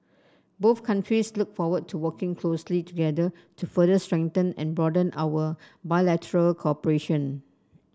both countries look forward to working closely together to further strengthen and broaden our bilateral cooperation